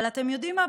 אבל אתם יודעים מה?